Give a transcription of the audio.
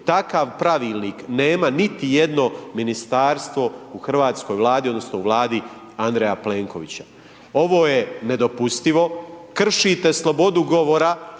takav pravilnik nema niti jedno ministarstvo u hrvatskoj Vladi, odnosno u vladi Andreja Plenkovića. Ovo je nedopustivo, kršite slobodu govora,